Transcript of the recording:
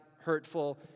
hurtful